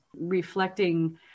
reflecting